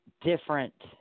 different